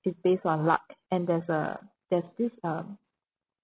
is based on luck and there's a there's this um